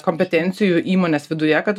kompetencijų įmonės viduje kad